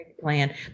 Plan